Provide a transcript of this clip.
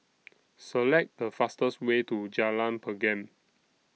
Select The fastest Way to Jalan Pergam